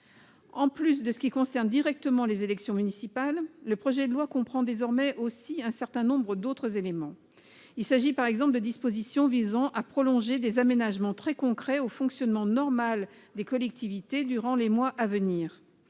Outre ce qui concerne directement les élections municipales, le projet de loi comprend désormais un certain nombre d'autres éléments. Il s'agit, par exemple, de dispositions visant à prolonger des aménagements très concrets au fonctionnement normal des collectivités durant les mois à venir.